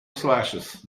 slashes